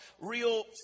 real